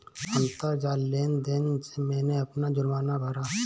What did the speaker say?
अंतरजाल लेन देन से मैंने अपना जुर्माना भरा